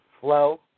flow